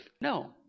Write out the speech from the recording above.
No